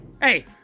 hey